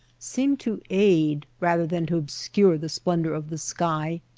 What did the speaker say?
seem to aid rather than to obscure the splendor of the sky.